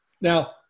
Now